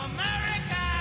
America